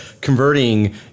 converting